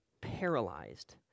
paralyzed